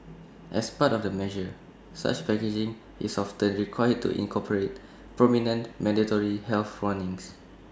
as part of the measure such packaging is often required to incorporate prominent mandatory health warnings